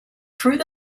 through